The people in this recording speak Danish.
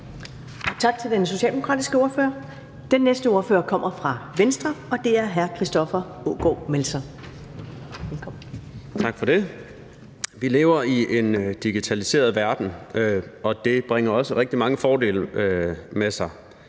Vi lever i en digitaliseret verden, og det bringer også rigtig mange fordele med sig.